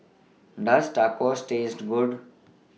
Does Tacos Taste Good